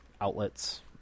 outlets